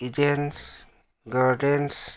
Eden's gardens